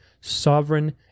sovereign